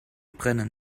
brennen